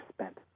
spent